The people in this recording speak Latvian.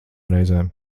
reizēm